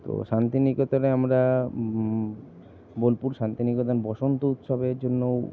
তো শান্তিনিকেতনে আমরা বোলপুর শান্তিনিকেতন বসন্ত উৎসবের জন্যও